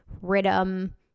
rhythm